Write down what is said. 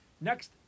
next